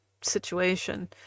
situation